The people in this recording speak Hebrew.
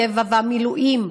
הקבע והמילואים.